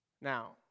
Now